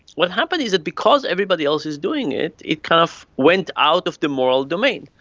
what happens is that because everybody else is doing it, it kind of went out of the moral domain.